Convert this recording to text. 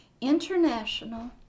International